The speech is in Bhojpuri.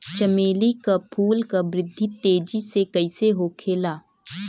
चमेली क फूल क वृद्धि तेजी से कईसे होखेला?